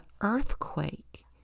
earthquake